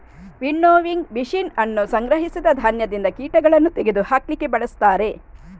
winnowing machine ಅನ್ನು ಸಂಗ್ರಹಿಸಿದ ಧಾನ್ಯದಿಂದ ಕೀಟಗಳನ್ನು ತೆಗೆದು ಹಾಕ್ಲಿಕ್ಕೆ ಬಳಸ್ತಾರೆ